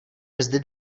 mzdy